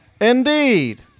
Indeed